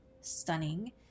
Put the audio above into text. stunning